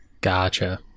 Gotcha